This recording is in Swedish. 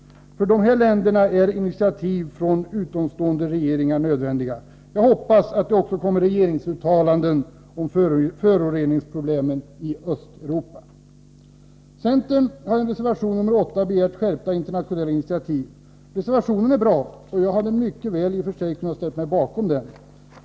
För dessa länder är initiativ från utomstående regeringar nödvändiga. Jag hoppas att det också kommer regeringsuttalanden om föroreningsproblemen i Östeuropa. Centern har i reservation 8 begärt skärpta internationella initiativ. Reservationen är bra, och jag hade i och för sig mycket väl kunnat ställa mig bakom den.